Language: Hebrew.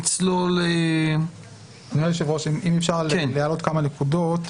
אדוני היושב-ראש, אם אפשר להעלות כמה נקודות.